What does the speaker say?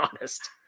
honest